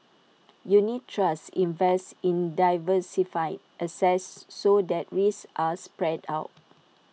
unit trusts invest in diversified assets so that risks are spread out